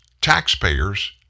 taxpayers